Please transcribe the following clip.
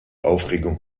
aufregung